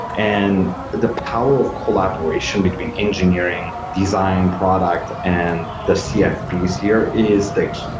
and the power of collaboration between engineering, design product and the cfps here is the key.